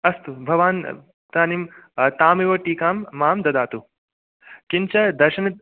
अस्तु भवान् इदानीं तामेव टीकां मां ददातु किञ्च दशम्